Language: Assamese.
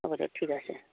হ'ব দিয়ক ঠিক আছে